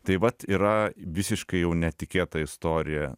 tai vat yra visiškai jau netikėta istorija